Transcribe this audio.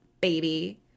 baby